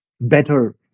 better